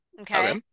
Okay